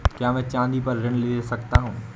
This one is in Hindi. क्या मैं चाँदी पर ऋण ले सकता हूँ?